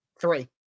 Three